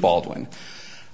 baldwin